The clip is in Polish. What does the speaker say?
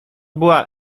była